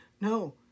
No